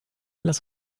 lass